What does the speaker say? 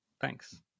Thanks